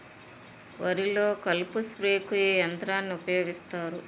వరిలో కలుపు స్ప్రేకు ఏ యంత్రాన్ని ఊపాయోగిస్తారు?